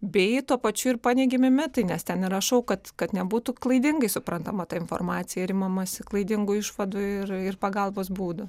bei tuo pačiu ir paneigiami mitai nes ten ir rašau kad kad nebūtų klaidingai suprantama ta informacija ir imamasi klaidingų išvadų ir ir pagalbos būdų